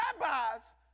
rabbis